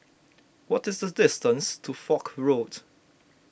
what is the distance to Foch Road